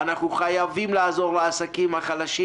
אנחנו חייבים לעזור לעסקים החלשים.